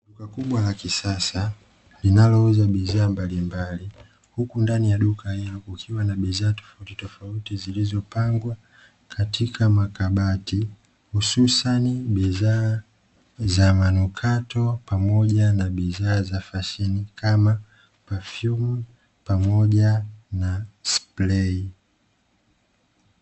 Duka kubwa la kisasa linalouza bidhaa mbalimbali huku ndani ya duka hilo kukiwa na bidhaa tofautitofauti zilizopangwa katika makabati, hususani bidhaa za manukato pamoja na bidhaa za fasheni kama pafyumu pamoja na sprei.